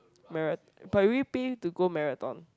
mara~ but will you pay to go marathon